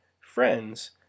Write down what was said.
friends